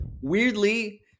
Weirdly